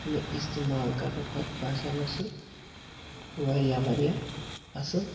مےٚ استعمال کَرنہٕ پَتہٕ باسیٛو مےٚ سُہ واریاہ واریاہ اَصٕل